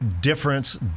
difference